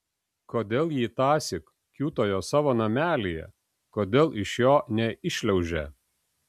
kodėl ji tąsyk kiūtojo savo namelyje kodėl iš jo neiššliaužė